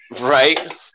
Right